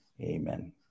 Amen